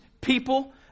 people